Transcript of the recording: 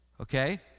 Okay